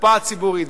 לקופה הציבורית.